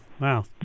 Wow